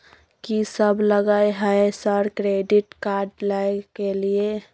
कि सब लगय हय सर क्रेडिट कार्ड लय के लिए?